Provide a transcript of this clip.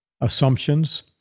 assumptions